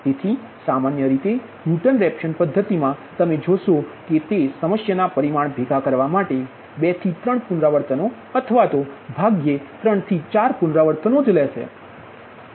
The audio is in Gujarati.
તેથી સામાન્ય રીતે ન્યૂટન રેફસન પદ્ધતિ મા તમે જોશો કે તે સમસ્યાના પરિમાણ ભેગા કરવા માટે તે 2 થી 3 પુનરાવર્તનો અથવા તો ભાગ્યે 3 થી 4 પુનરાવર્તનો લે છે